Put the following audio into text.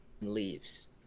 Leaves